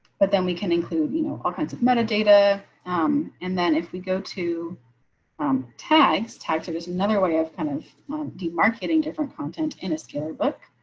but then we can include, you know, all kinds of metadata um and then if we go to um tags types of is another way of kind of do marketing different content in a scary book.